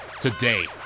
Today